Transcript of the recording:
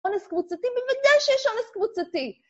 אונס קבוצתי בוודאי שיש אונס קבוצתי.